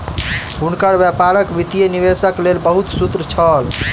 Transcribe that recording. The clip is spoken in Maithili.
हुनकर व्यापारक वित्तीय निवेशक लेल बहुत सूत्र छल